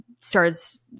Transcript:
starts